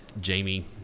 Jamie